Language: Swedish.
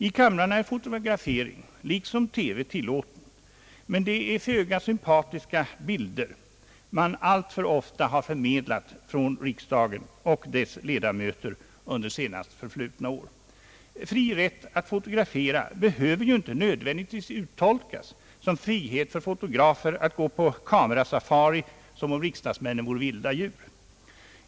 I kamrarna är fotografering liksom TV-filmning tillåten, men det är föga sympatiska bilder man alltför ofta har förmedlat av riksdagen och dess ledamöter under senast förflutna år. Fri rätt att fotografera behöver inte nödvändigtvis uttolkas som frihet för fotografer att gå på kamerasafari, som om riksdagsmännen vore vilda djur.